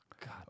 God